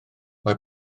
mae